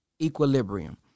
equilibrium